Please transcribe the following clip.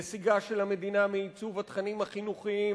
נסיגה של המדינה מעיצוב התכנים החינוכיים